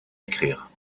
écrire